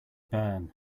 burn